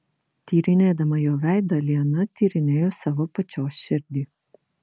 tyrinėdama jo veidą liana tyrinėjo savo pačios širdį